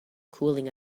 cooling